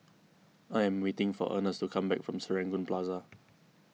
I am waiting for Ernest to come back from Serangoon Plaza